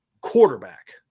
quarterback